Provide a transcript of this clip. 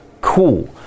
cool